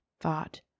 thought